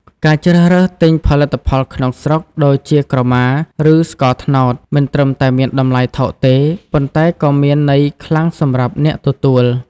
ការជ្រើសរើសទិញផលិតផលក្នុងស្រុក ដូចជាក្រមា ឬស្ករត្នោត មិនត្រឹមតែមានតម្លៃថោកទេ ប៉ុន្តែក៏មានន័យខ្លាំងសម្រាប់អ្នកទទួល។